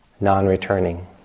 non-returning